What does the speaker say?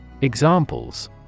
Examples